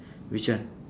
which one